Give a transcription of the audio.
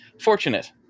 fortunate